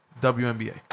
WNBA